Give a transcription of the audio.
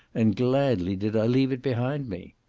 and gladly did i leave it behind me.